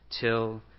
till